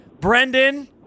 Brendan